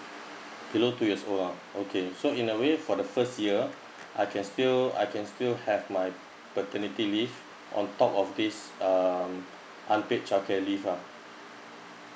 below two years old ah okay so in a way for the first year I can still I can still have my paternity leave on top of this um unpaid childcare leave lah